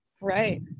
Right